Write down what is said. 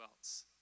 else